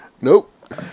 nope